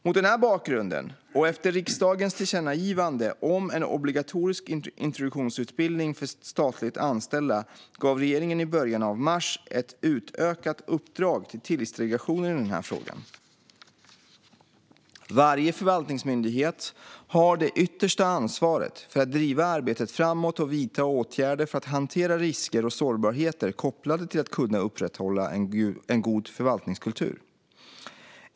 Mot den här bakgrunden och efter riksdagens tillkännagivande om en obligatorisk introduktionsutbildning för statligt anställda gav regeringen i början av mars ett utökat uppdrag till Tillitsdelegationen i den här frågan. Varje förvaltningsmyndighet har det yttersta ansvaret för att driva arbetet framåt och vidta åtgärder för att hantera risker och sårbarheter kopplade till att kunna upprätthålla en god förvaltningskultur.